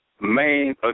main